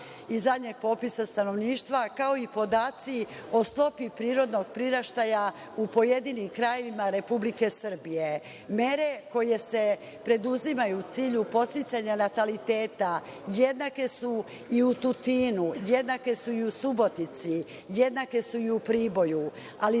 iz zadnjeg popisa stanovništva, kao i podaci o stopi prirodnog priraštaja u pojedinim krajevima Republike Srbije. Mere koje se preduzimaju u cilju podsticanja nataliteta jednake su i u Tutinu, jednake su i u Subotici, jednake su i u Priboju. Ali,